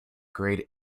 grade